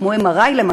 כמו MRI למשל.